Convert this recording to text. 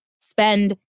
spend